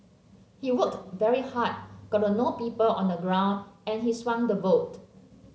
he worked very hard got to know people on the ground and he swung the vote